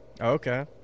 Okay